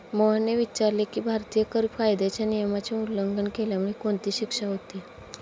मोहनने विचारले की, भारतीय कर कायद्याच्या नियमाचे उल्लंघन केल्यामुळे कोणती शिक्षा होते?